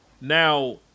Now